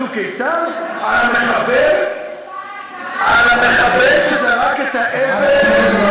תקרא את החוק ותבין שאין קשר בין החוק הזה לבין,